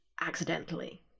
accidentally